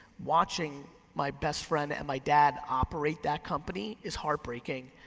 watching my best friend and my dad operate that company is heartbreaking.